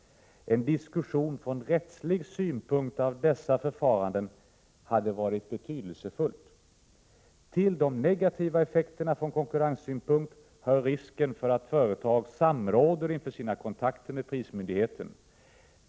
En diskussion från rättslig synpunkt av dessa förfaranden hade varit betydelsefull. Till de negativa effekterna från konkurrenssynpunkt hör risken för att företag samråder inför sina kontakter med prismyndigheten.